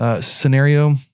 scenario